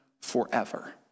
forever